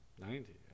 Ninety